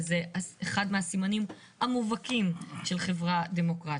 וזה אחד מהסימנים המובהקים של חברה דמוקרטית.